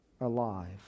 alive